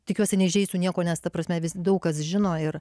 tikiuosi neįžeisiu nieko nes ta prasme vis daug kas žino ir